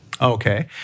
Okay